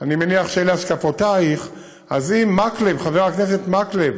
אני מניח שאלה השקפותייך, אז אם חבר הכנסת מקלב